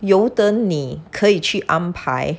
有的你可以去安排